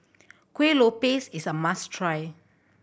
Kueh Lopes is a must try